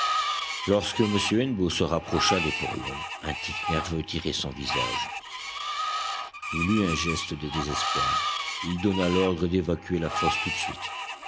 lorsque m hennebeau se rapprocha des porions un tic nerveux tirait son visage il eut un geste de désespoir il donna l'ordre d'évacuer la fosse tout de suite